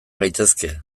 gaitezke